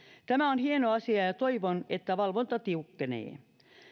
tämä on hieno asia ja toivon että valvonta tiukkenee